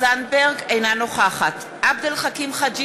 אינה נוכחת עבד אל חכים חאג'